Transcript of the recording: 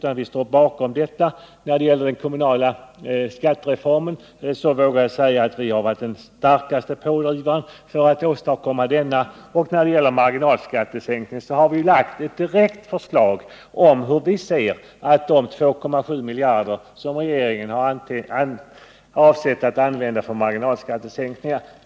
När det gäller kommunalskattereformen vågar jag säga att centern har varit den starkaste pådrivaren för att åstadkomma en sådan. Och när det gäller marginalskattesänkningen har vi lagt fram förslag om hur vi ser på de 2,7 miljarder som regeringen har avsett att använda i det sammanhanget.